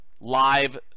live